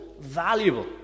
valuable